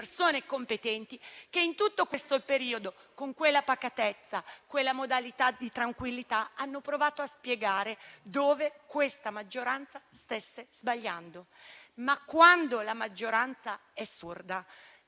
persone competenti che in tutto questo periodo, con pacatezza e modalità tranquilla, hanno provato a spiegare dove questa maggioranza stesse sbagliando. Quando è sorda,